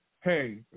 Hey